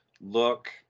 look